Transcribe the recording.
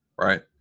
Right